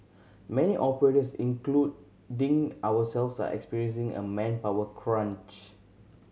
many operators including ourselves are experiencing a manpower crunch